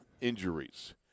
injuries